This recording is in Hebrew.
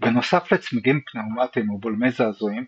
בנוסף לצמיגים פנאומטיים ובולמי זעזועים,